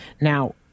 Now